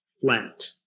flat